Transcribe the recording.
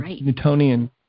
Newtonian